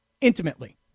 intimately